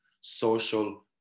social